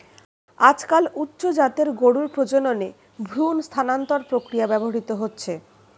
আজকাল উচ্চ জাতের গরুর প্রজননে ভ্রূণ স্থানান্তর প্রক্রিয়া ব্যবহৃত হচ্ছে